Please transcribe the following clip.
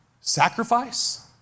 sacrifice